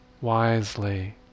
wisely